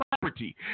property